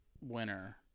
winner